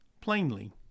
plainly